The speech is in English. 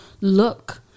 look